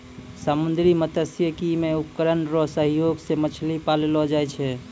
समुन्द्री मत्स्यिकी मे उपकरण रो सहयोग से मछली पाललो जाय छै